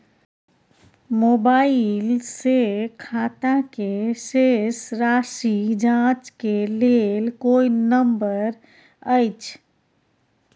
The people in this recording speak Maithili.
मोबाइल से खाता के शेस राशि जाँच के लेल कोई नंबर अएछ?